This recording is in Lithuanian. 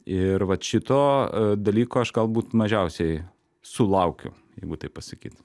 ir vat šito dalyko aš galbūt mažiausiai sulaukiu jeigu taip pasakyt